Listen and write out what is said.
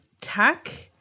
tech